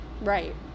Right